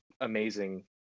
amazing